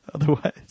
Otherwise –